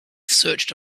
searched